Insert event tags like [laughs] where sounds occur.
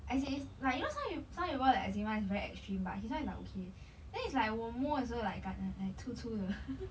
as in it's like you know some you know some people the eczema is very extreme but his [one] is like okay then it's like 我摸的时候的感 like 粗粗的 [laughs]